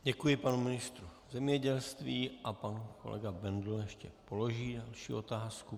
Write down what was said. Děkuji panu ministru zemědělství a pan kolega Bendl ještě položí další otázku.